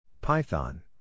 Python